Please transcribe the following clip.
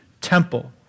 temple